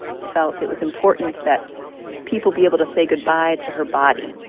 felt it was important that people be able to say goodbye to her body.